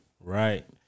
Right